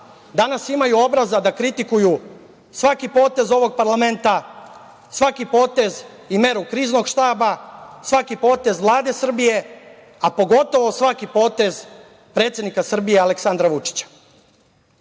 danas imaju obraza da kritikuju svaki potez ovog parlamenta, svaki potez i meru Kriznog štaba, svaki potez Vlade Srbije, a potogoto svaki potez predsednika Srbije Aleksandra Vučića. Srećom